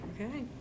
Okay